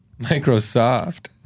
Microsoft